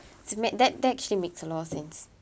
that that actually makes a lot of things